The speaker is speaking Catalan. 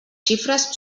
xifres